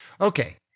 Okay